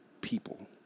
people